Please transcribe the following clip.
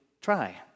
try